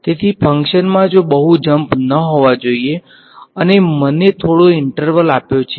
તેથી ફંક્શનમાં કોઈ બહુ જમ્પ ન હોવા જોઈએ અને તમે મને થોડો ઈંટર્વલ આપ્યો છે